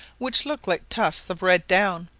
which look like tufts of red down,